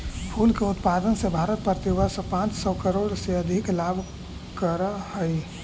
फूल के उत्पादन से भारत प्रतिवर्ष पाँच सौ करोड़ से अधिक लाभ करअ हई